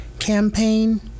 campaign